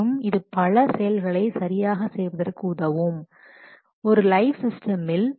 மற்றும் இது பல செயல்களை சரியாக செய்வதற்கு உதவும் ஒரு லைவ் சிஸ்டமில்